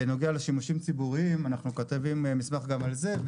בנוגע לשימושים ציבוריים אנחנו כותבים מסמך גם על זה.